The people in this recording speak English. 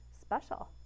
special